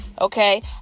Okay